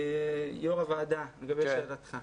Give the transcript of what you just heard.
יושב ראש הוועדה, לשאלתך.